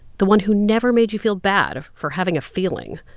the one who never made you feel bad for having a feeling.